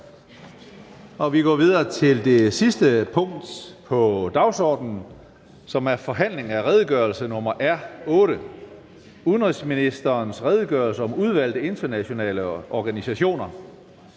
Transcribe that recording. på dagsordenen. --- Det sidste punkt på dagsordenen er: 9) Forhandling om redegørelse nr. R 8: Udenrigsministerens redegørelse om udvalgte internationale organisationer